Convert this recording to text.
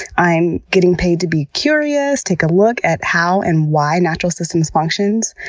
i'm getting paid to be curious, take a look at how and why natural systems function,